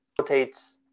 rotates